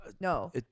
No